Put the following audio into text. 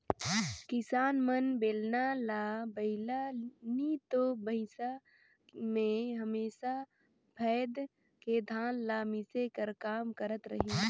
किसान मन बेलना ल बइला नी तो भइसा मे हमेसा फाएद के धान ल मिसे कर काम करत रहिन